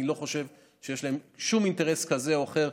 אני לא חושב שיש להם אינטרס כזה או אחר,